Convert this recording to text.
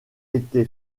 été